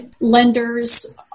lenders